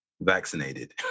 vaccinated